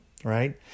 right